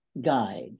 guide